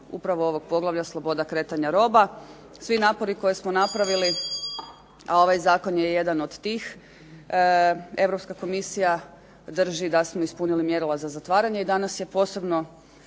upravo ovog poglavlja – Sloboda kretanja roba. Svi napori koje smo napravili a ovaj zakon je jedan od tih Europska komisija drži da smo ispunili mjerila za zatvaranje i danas je poseban